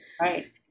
Right